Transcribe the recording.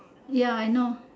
ya I know